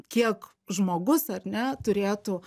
kiek žmogus ar ne turėtų